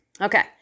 Okay